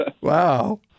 wow